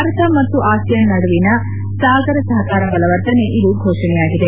ಭಾರತ ಮತ್ತು ಆಸಿಯಾನ್ ನಡುವಿನ ಸಾಗರ ಸಹಕಾರ ಬಲವರ್ಧನೆ ಇದು ಘೋಷಣೆಯಾಗಿದೆ